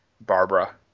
Barbara